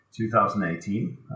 2018